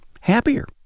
happier